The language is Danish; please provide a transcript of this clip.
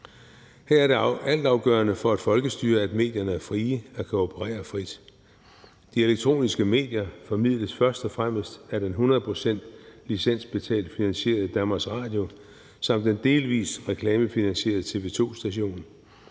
Her er det altafgørende for et folkestyre, at medierne er frie og kan operere frit. De elektroniske medier formidles først og fremmest af det 100 pct. licensbetalt finansierede DR samt den delvis reklamefinansierede TV 2-station,